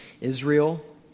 Israel